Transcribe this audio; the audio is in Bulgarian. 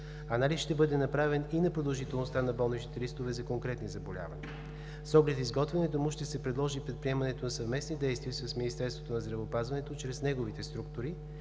Анализ ще бъде направен и на продължителността на болничните листове за конкретни заболявания. С оглед на изготвянето му ще се предложи и предприемането на съвместни действия с Министерството на здравеопазването, чрез неговите структури,